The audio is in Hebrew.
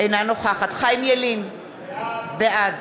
אינה נוכחת חיים ילין, בעד